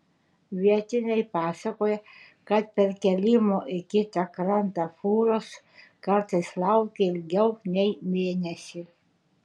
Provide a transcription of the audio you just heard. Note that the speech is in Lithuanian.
vietiniai pasakoja kad perkėlimo į kitą krantą fūros kartais laukia ilgiau nei mėnesį